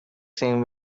same